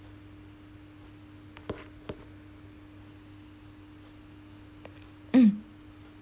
mm